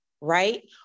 right